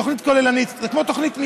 תוכנית כוללנית זה כמו תוכנית מתאר,